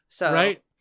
Right